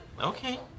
Okay